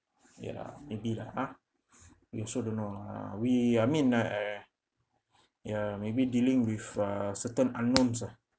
ya lah maybe lah ha we also don't know lah we I mean uh ya maybe dealing with uh certain unknowns ah